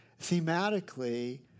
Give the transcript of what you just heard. thematically